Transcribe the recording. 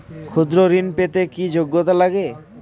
ক্ষুদ্র ঋণ পেতে কি যোগ্যতা লাগে?